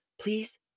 please